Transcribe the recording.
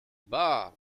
bah